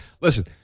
listen